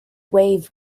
wave